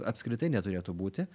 apskritai neturėtų būti